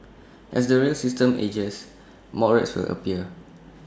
as the rail system ages more rats will appear